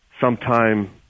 sometime